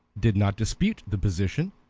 did not dispute the position,